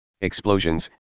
explosions